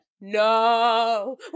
no